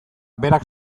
berak